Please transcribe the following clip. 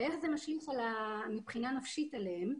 ואיך זה משליך מבחינה נפשית עליהם.